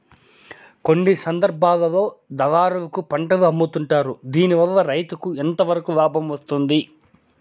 కొన్ని సందర్భాల్లో దళారులకు పంటలు అమ్ముతుంటారు దీనివల్ల రైతుకు ఎంతవరకు లాభం వస్తుంది?